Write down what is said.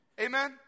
Amen